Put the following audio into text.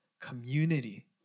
community